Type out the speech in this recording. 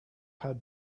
had